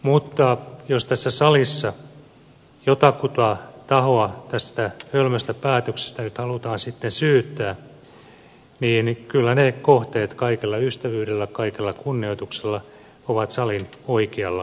mutta jos tässä salissa jotakuta tahoa tästä hölmöstä päätöksestä nyt halutaan sitten syyttää niin kyllä ne kohteet kaikella ystävyydellä kaikella kunnioituksella ovat salin oikealla laidalla